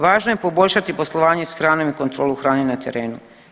Važno je poboljšati poslovanje sa hranom i kontrolu hrane na terenu.